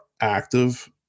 active